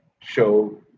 show